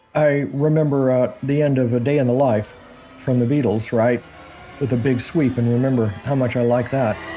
i remember the end of a day in the life from the beatles, right, with the big sweep and remember how much i liked that,